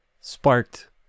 sparked